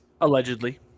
allegedly